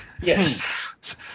Yes